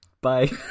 Bye